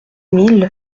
mille